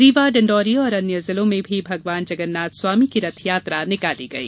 रीवा डिण्डोरी और अन्य जिलों में भी भगवान जगन्नाथ स्वामी की रथ यात्रा निकाली गई